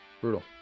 brutal